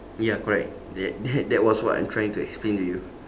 ya correct that that that was what I'm trying to explain to you